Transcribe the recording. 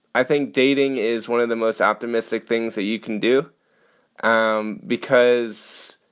i think dating is one of the most optimistic things that you can do ah um because.